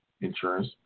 insurance